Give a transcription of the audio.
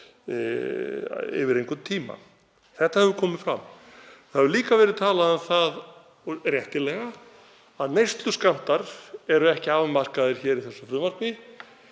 eftir einhvern tíma. Þetta hefur komið fram. Það hefur líka verið talað um það og réttilega að neysluskammtar séu ekki afmarkaðir í frumvarpinu.